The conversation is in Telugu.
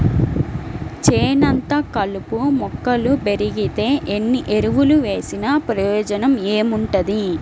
చేనంతా కలుపు మొక్కలు బెరిగితే ఎన్ని ఎరువులు వేసినా ప్రయోజనం ఏముంటది